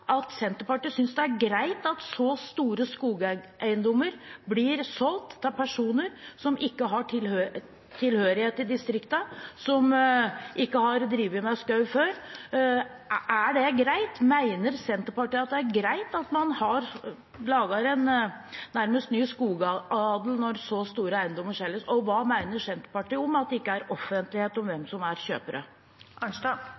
at Senterpartiet synes det er greit at så store skogeiendommer blir solgt til personer som ikke har tilhørighet i distriktene, som ikke har drevet med skog før? Er det greit? Mener Senterpartiet det er greit at man nærmest lager en ny skogadel når så store eiendommer selges? Og hva mener Senterpartiet om at det ikke er offentlighet om